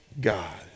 God